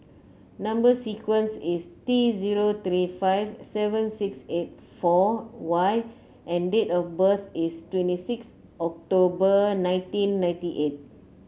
number sequence is T zero three five seven six eight four Y and date of birth is twenty six October nineteen ninety eight